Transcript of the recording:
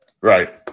Right